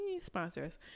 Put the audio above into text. sponsors